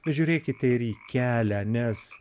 pažiūrėkite ir į kelią nes